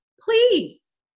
please